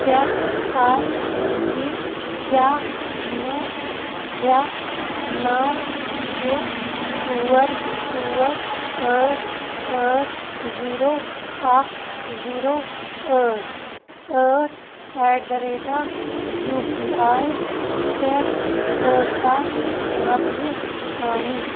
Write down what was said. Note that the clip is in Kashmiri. چیک کَر زِ کیٛاہ مےٚ چھےٚ نو شیٚے ژور ژور ٲٹھ ٲٹھ زیٖرو اکھ زیٖرو ٲٹھ ٲٹھ at the rate of U P I پیٚٹھ ٲٹھ ساس رۄپیہِ آمٕتی